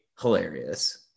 hilarious